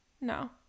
No